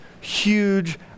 huge